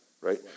Right